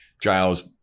Giles